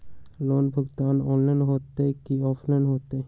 Loan भुगतान online होतई कि ऑफलाइन होतई?